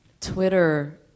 Twitter